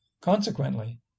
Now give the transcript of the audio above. Consequently